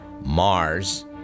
Mars